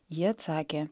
ji atsakė